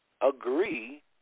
agree